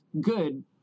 good